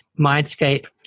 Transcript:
mindscape